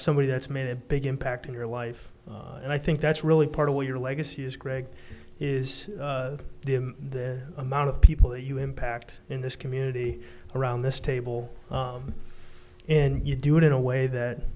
somebody that's made a big impact in your life and i think that's really part of what your legacy is greg is the amount of people that you impact in this community around this table and you do it in a way that